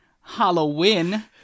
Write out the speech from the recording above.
Halloween